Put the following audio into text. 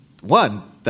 one